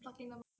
login 了吗